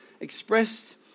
expressed